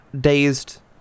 dazed